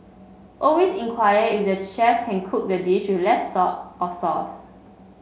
always inquire if the chef can cook the dish with less salt or sauce